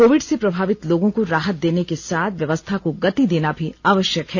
Covid से प्रभावित लोगों को राहत देने के साथ व्यवस्था को गति देना भी आवश्यक है